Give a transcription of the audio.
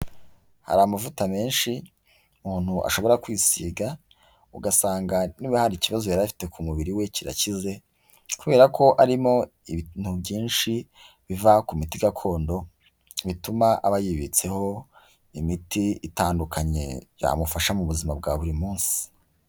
Hari amavuta menshi umuntu ashobora kwisiga, ugasanga niba hari ikibazo yari afite ku mubiri we kirakize, kubera ko arimo ibintu byinshi biva ku miti gakondo, bituma aba yibitseho imiti itandukanye byamufasha mu buzima bwa buri munsi.